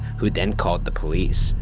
who then called the police.